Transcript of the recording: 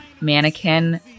mannequin